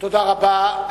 תודה רבה.